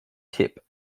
tip